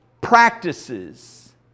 practices